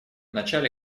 начале